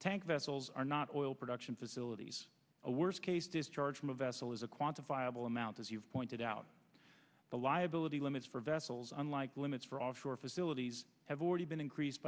tank vessels are not oil production facilities a worst case discharge from a vessel is a quantifiable amount as you've pointed out the liability limits for vessels unlike limits for offshore facilities have already been increased